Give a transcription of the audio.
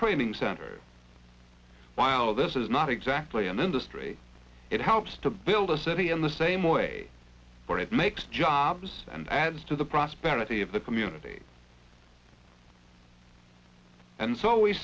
training center while this is not exactly an industry it helps to build a city in the same way for it makes jobs and adds to the prosperity of the community and